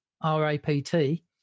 R-A-P-T